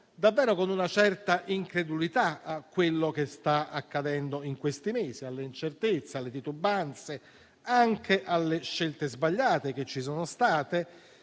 davvero con una certa incredulità a quello che sta accadendo in questi mesi; alle incertezze, alle titubanze, anche alle scelte sbagliate che ci sono state,